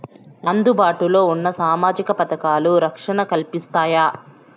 అందుబాటు లో ఉన్న సామాజిక పథకాలు, రక్షణ కల్పిస్తాయా?